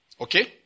Okay